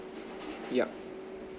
yup